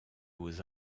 aux